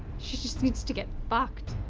she just needs to get fucked